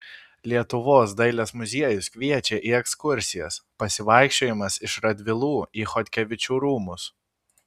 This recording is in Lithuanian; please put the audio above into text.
lietuvos dailės muziejus kviečia į ekskursijas pasivaikščiojimas iš radvilų į chodkevičių rūmus